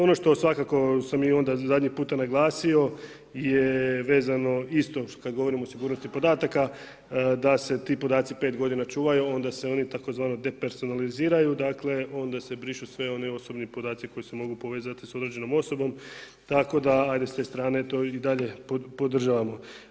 Ono što svakako sam i onda zadnji puta naglasio je vezano isto kada govorimo o sigurnosti podataka da se ti podaci 5 godina čuvaju a onda se oni tzv. depersonaliziraju, dakle onda se brišu svi oni osobni podaci koji se mogu povezati sa određenom osobom, tako da ajde s te strane to i dalje podržavamo.